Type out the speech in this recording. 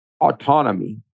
autonomy